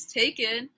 taken